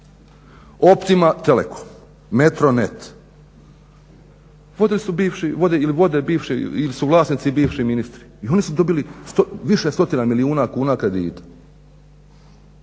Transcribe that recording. Optima telekom, METRONET, vode bivši ili su vlasnici bivši ministri. I oni su dobili više stotina milijuna kuna kredita.